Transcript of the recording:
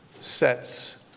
sets